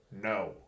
no